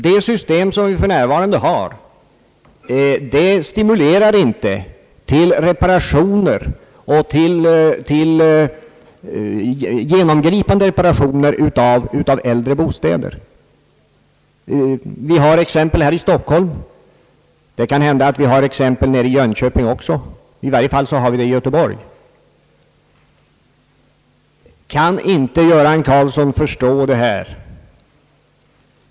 Det system som vi för närvarande har stimulerar inte till underhåll och inte heller till genomgripande reparationer av äldre bostäder. Vi har exempel på detta i Stockholm. Det kan hända att det finns exempel i Jönköping också, i varje fall finns det i Göteborg. Kan inte herr Göran Karlsson förstå det här?